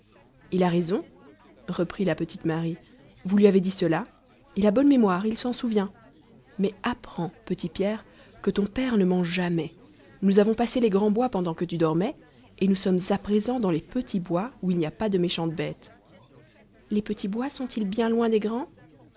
il a raison reprit la petite marie vous lui avez dit cela il a bonne mémoire il s'en souvient mais apprends mon petit pierre que ton père ne ment jamais nous avons passé les grands bois pendant que tu dormais et nous sommes à présent dans les petits bois où il n'y a pas de méchantes bêtes les petits bois sont-ils bien loin des grands